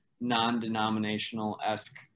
non-denominational-esque